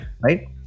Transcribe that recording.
Right